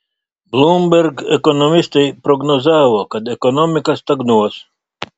bloomberg ekonomistai prognozavo kad ekonomika stagnuos